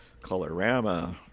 colorama